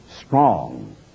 strong